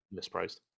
mispriced